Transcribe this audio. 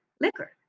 liquor